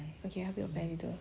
okay help me apply later